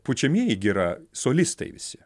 pučiamieji gi yra solistai visi